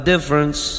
difference